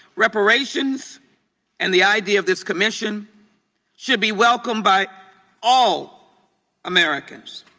reparations and the idea of this commission should be welcomed by all americans.